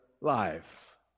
life